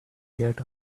get